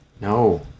No